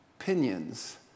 opinions